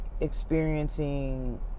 experiencing